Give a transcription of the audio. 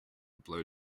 blow